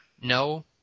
No